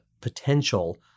potential